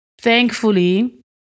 Thankfully